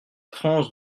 france